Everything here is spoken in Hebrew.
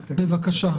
בבקשה.